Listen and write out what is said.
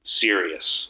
serious